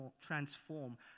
transform